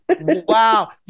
Wow